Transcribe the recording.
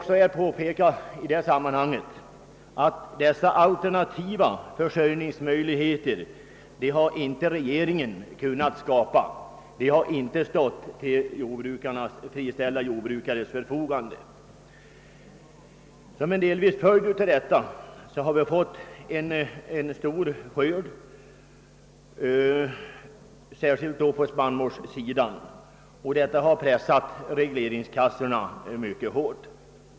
Sådana alternativa försörjningsmöjligheter för friställda jordbrukare har emellertid regeringen inte kunnat skapa. Delvis som en följd av detta har vi fått en stor skörd, särskilt på spannmålssidan, vilket har pressat regleringskassorna hårt.